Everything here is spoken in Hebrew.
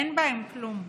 אין בהן כלום.